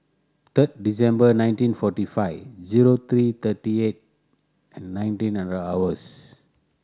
third December nineteen forty five zero three thirty eight and nineteen hundred hours